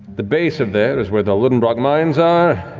the base of there is where the luddenbrock mines are.